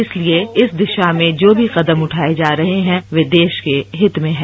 इसलिए इस दिशा में जो भी कदम उठाए जा रहे हैं वे देश के हित में हैं